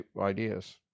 ideas